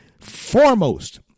foremost